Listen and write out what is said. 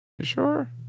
sure